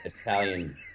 italian